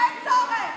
אין צורך,